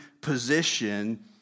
position